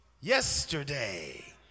yesterday